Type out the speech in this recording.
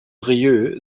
rieux